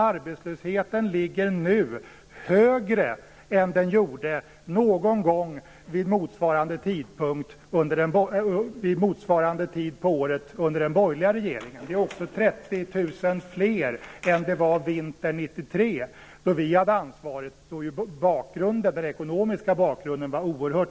Arbetslösheten ligger nu högre än den gjorde någon gång vid motsvarande tid på året under den borgerliga regeringen. Det är också 30 000 fler än det var vintern 1993, då vi hade ansvaret. Då var den ekonomiska bakgrunden